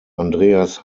andreas